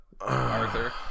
Arthur